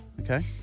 okay